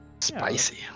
Spicy